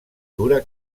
dura